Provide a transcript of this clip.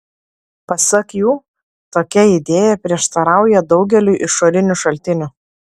pasak jų tokia idėja prieštarauja daugeliui istorinių šaltinių